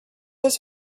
this